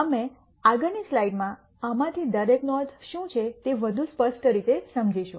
અમે આગળની સ્લાઈડમાં આમાંથી દરેકનો અર્થ શું છે તે વધુ સ્પષ્ટ રીતે સમજીશું